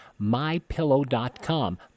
MyPillow.com